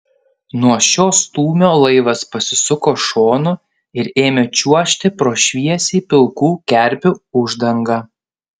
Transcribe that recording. nuo šio stūmio laivas pasisuko šonu ir ėmė čiuožti pro šviesiai pilkų kerpių uždangą